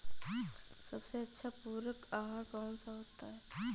सबसे अच्छा पूरक आहार कौन सा होता है?